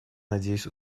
надеюсь